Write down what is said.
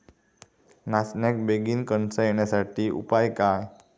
नाचण्याक बेगीन कणसा येण्यासाठी उपाय काय?